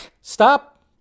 stop